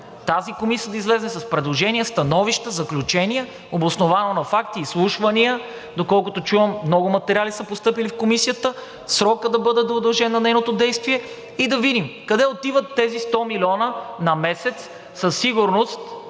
тази комисия да излезе с предложения, становища, заключения, обосновани на факти и изслушвания, доколкото чувам, много материали са постъпили в Комисията, срокът на нейното действие да бъде удължен и да видим къде отиват тези 100 милиона на месец. Със сигурност